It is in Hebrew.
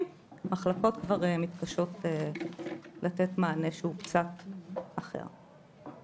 - המחלקות כבר מתקשות לתת מענה שהוא קצת אחר.